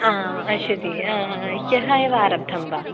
आम् अशीति ह्यः एव आरब्धं वा